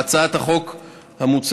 בהצעת החוק מוצע,